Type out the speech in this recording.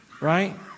right